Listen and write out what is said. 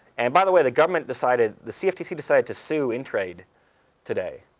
and by the way, the government decided, the cftc decided to sue intrade today.